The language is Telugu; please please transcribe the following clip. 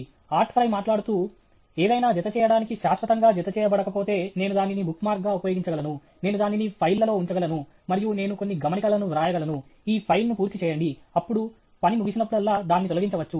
'ఆర్ట్ ఫ్రై' మాట్లాడుతూ ఏదైనా జతచేయడానికి శాశ్వతంగా జత చేయబడకపోతే నేను దానిని బుక్మార్క్గా ఉపయోగించగలను నేను దానిని ఫైళ్ళలో ఉంచగలను మరియు నేను కొన్ని గమనికలను వ్రాయగలను ఈ ఫైల్ను పూర్తి చేయండి అప్పుడు పని ముగిసినప్పుడల్లా దాన్ని తొలగించవచ్చు